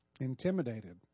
intimidated